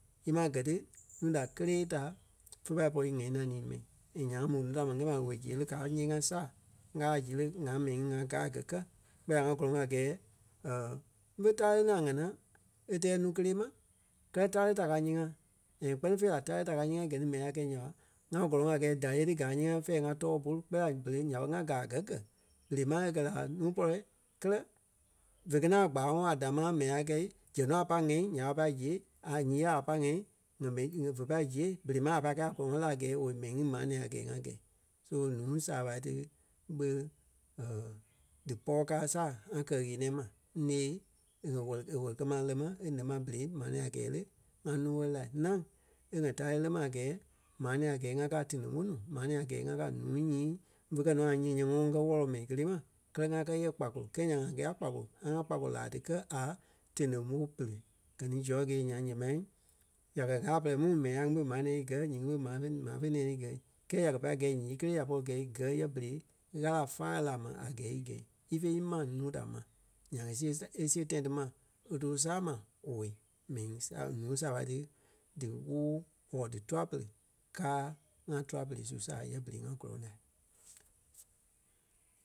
Ímaa gɛ ti núu da kélee ta fe pai pɔri ŋ̀ɛi nɛniŋ ímɛi and nyaŋ ŋa mó nuu ta ma ńyɛɛ ma owei zêre káa ńyee-ŋa saa ŋ́gaa a zêre ŋa mɛni ŋí ŋaa káa gɛ kɛ̀ kpɛɛ la ŋa gɔlɔŋ a gɛɛ ḿve táre ni a ŋanaa e tɛɛ nuu kélee ma kɛ́lɛ táre ta káa ńyee-ŋa and kpɛ́ni fêi la táre ta káa ńyee-ŋa gɛ ni mɛni a kɛ̂i nya ɓa ŋa gɔlɔŋ a gɛɛ dáre ti gaa ńyee-ŋa fɛ̂ɛ ŋa too bôlu kpɛɛ la berei nya ɓé ŋa gaa gɛ́ gɛ. Berei mȧŋ e kɛ̀ la a nuu pɔlɔ kɛlɛ vé kɛ ni a kpaaŋɔɔ a damaa mɛni a kɛi zɛŋ nɔ pai ŋ́ɛi nyaa a pai zíɣei a ǹyee a pai ŋ̀ɛi and mɛni ŋa- vé pai zíɣei berei máŋ a pâi kɛi a gɔ́lɔŋɔɔ la a gɛɛ owei mɛni ŋí maa nɛ̃ɛ a gɛɛ ŋá gɛ̀i. So nuu saaɓa ti ɓe dí pɔɔ káa saa ŋa kɛ-ɣeniɛi ma. Ńee e kɛ̀ wɛli- e wɛli-kɛ-ma lɛ́ ma e lɛ́ ma a berei maa nɛ̃ɛ a gɛɛ le ŋá nuu wɛ́li lai. Ńâŋ e ŋa táre lɛ́ ma a gɛɛ maa nɛ̃ɛ a gɛɛ ŋá kɛ́ a téniŋ-ɓo nuu, maa nɛ̃ɛ a gɛɛ a kaa a núu nyii ḿve kɛ nɔ nyî-nyɔmɔɔ ŋ́gɛ wôlɔ mɛni kélee ma kɛlɛ ŋá kɛ́ yɛ kpakolo kɛɛ nyaŋ ŋá kɛ ya kpakolo ŋa ŋá kpakolo láa ti kɛ̀ a téniŋ-ɓo pere. Gɛ ni George Gaye nyaŋ ǹyɛɛ mai, ya kɛ́ ŋâla pɛrɛ mu mɛni ŋai ŋí ɓé maa nɛ̃ɛ gɛ́ nyiŋí ɓé ma vé- maa vé nɛ̃ɛ ní í gɛ̀. Kɛɛ ya kɛ̀ pai gɛ́i nyii kelee ya pɔri gɛ́i gɛ́ yɛ berei Ɣâla fáa la ma a gɛɛ í gɛ́i ífe í maa núu da ma. Nyaŋ e síɣe- e siɣe tãi ti ma í too saa ma owei mɛni ŋí saa ǹúui saaɓa ti díwoo or dí tûa-pere káa ŋá tûa-pere su saa yɛ berei ŋa gɔlɔŋ la.